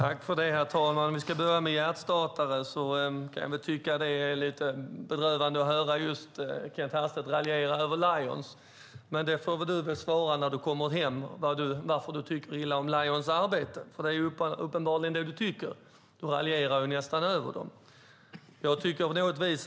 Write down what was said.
Herr talman! För att börja med frågan om hjärtstartare kan jag tycka att det är lite berörande att höra Kent Härstedt raljera över Lions. Men du får väl svara när du kommer hem på varför du tycker illa om Lions arbete, för det är uppenbarligen det du gör. Du raljerar ju nästan över dem.